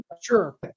sure